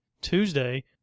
Tuesday